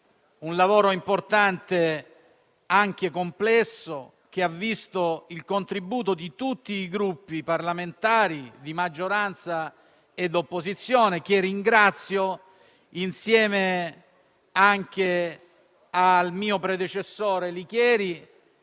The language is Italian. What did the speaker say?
Un lavoro importante, e anche complesso, che ha visto il contributo di tutti i Gruppi parlamentari, di maggioranza e di opposizione, che ringrazio insieme al mio predecessore,